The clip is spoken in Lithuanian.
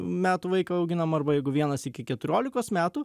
metų vaiką auginam arba jeigu vienas iki keturiolikos metų